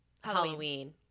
Halloween